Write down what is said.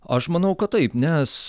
aš manau kad taip nes